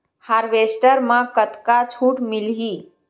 Harvester म कतका छूट मिलही?